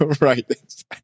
Right